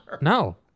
No